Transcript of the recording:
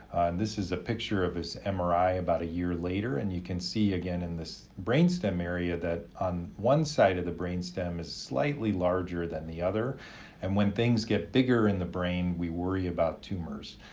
this is a picture of his mri about a year later and you can see again, in this brain stem area, that on one side of the brain stem is slightly larger than the other and when things get bigger in the brain, we worry about tumors.